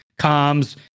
comms